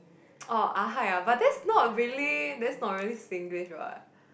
orh ah hai ah but that's not really that's not really Singlish what